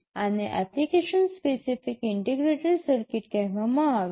આને application specific integrated circuit કહેવામાં આવે છે